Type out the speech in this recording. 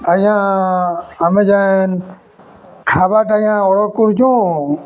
ଆଜ୍ଞା ଆମେ ଯେନ୍ ଖାଏବାର୍ଟା ଆଜ୍ଞା ଅର୍ଡ଼ର୍ କରିଛୁଁ